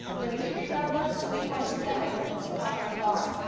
where the victory bell was, and we formed a semicircle across from the guard.